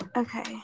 Okay